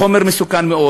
החומר מסוכן מאוד.